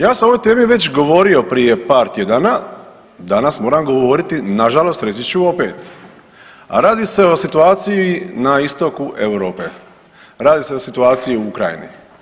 Ja sam o ovoj temi već govorio prije par tjedana, danas moram govoriti na žalost reći ću opet a radi se o situaciji na istoku Europe, radi se o situaciji u Ukrajini.